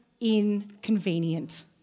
inconvenient